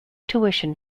tuition